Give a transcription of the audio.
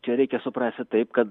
čia reikia suprasti taip kad